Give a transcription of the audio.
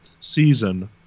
season